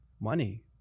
Money